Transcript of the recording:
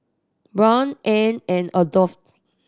Brion Anne and Adolph